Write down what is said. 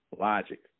logic